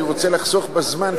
אני רוצה לחסוך בזמן,